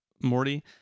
Morty